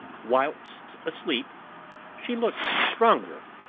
whilst asleep she looked stronger,